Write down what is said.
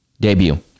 debut